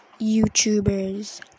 YouTubers